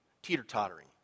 Teeter-tottering